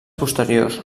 posteriors